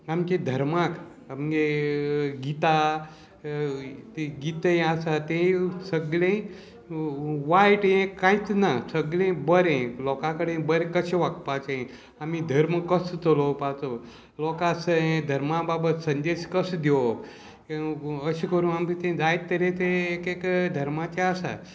आमचे धर्माक आमगे गीता ती गीता हें आसा तें सगळें वायट हें कांयच ना सगळें बरें लोकां कडेन बरें कशें वागपाचें आमी धर्म कसो चलोवपाचो लोकां स धर्मा बाबा संदेश कसो दिवप अशें करून आमी तें जायत तें एक एक धर्माचें आसा